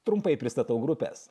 trumpai pristatau grupes